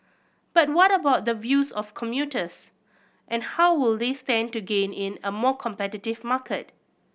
but what about the views of commuters and how will they stand to gain in a more competitive market